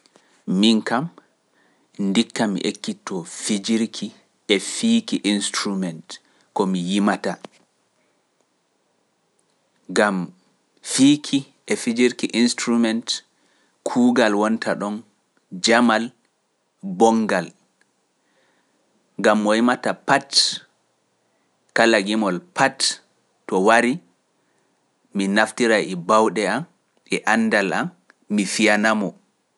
Miin kam ndikka mi ekkitoo fijirki e fiiki instrument ko mi yimata, ngam fiiki e fijirki instrument kuugal wonta ɗon jamal, boonngal, ngam mo yimata pat, kala gimol pat, to warii mi naftiray e baawɗe am e anndal am mi fiyana-mo.